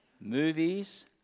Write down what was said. Movies